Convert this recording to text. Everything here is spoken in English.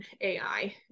AI